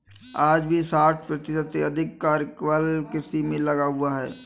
आज भी साठ प्रतिशत से अधिक कार्यबल कृषि में लगा हुआ है